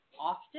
often